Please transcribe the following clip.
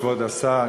כבוד השר,